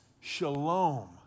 shalom